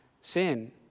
sin